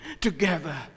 together